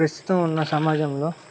ప్రస్తుతం ఉన్న సమాజంలో